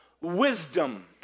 wisdom